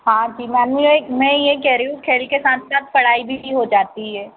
हाँ कि मैम यह मैं यह कह रही हूँ खेल के साथ साथ पढ़ाई भी हो जाती है